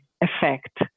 effect